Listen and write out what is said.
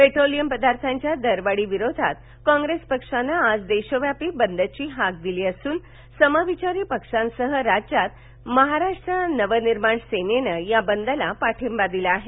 petroleum पदार्थांच्या दरवाढी विरोधात कॉंग्रेस पक्षाने आज देशव्यापी बंदाची हाक दिली असून समविचारी पक्षांसह राज्यात महाराष्ट्र नाव निर्माण सेनेन या बंदला पाठींबा दिला आहे